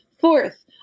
Fourth